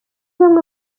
bamwe